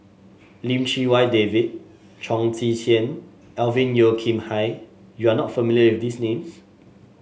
Lim Chee Wai David Chong Tze Chien Alvin Yeo Khirn Hai You are not familiar with these names